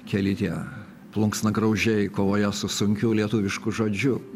keli tie plunksnagraužiai kovoje su sunkiu lietuvišku žodžiu